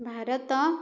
Bharat